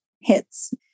hits